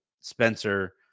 Spencer